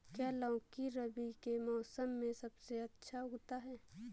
क्या लौकी रबी के मौसम में सबसे अच्छा उगता है?